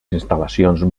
instal·lacions